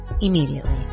immediately